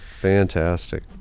Fantastic